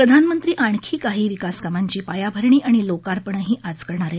प्रधानमंत्री आणखी काही विकासकामांची पायाभरणी आणि लोकार्पणही करणार आहेत